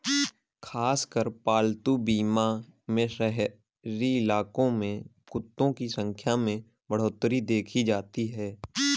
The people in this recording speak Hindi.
खासकर पालतू बीमा में शहरी इलाकों में कुत्तों की संख्या में बढ़ोत्तरी देखी जाती है